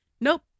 Nope